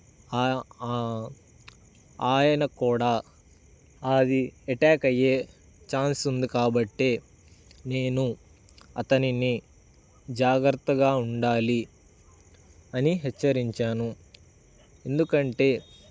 ఆ ఆయన కూడా అది ఎటాక్ అయ్యే ఛాన్స్ ఉంది కాబట్టి నేను అతనిని జాగ్రత్తగా ఉండాలి అని హెచ్చరించాను ఎందుకంటే